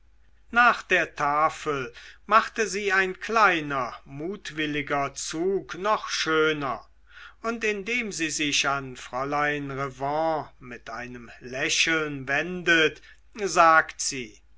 nach der tafel machte sie ein kleiner mutwilliger zug noch schöner und indem sie sich an fräulein revanne mit einem lächeln wendet sagt sie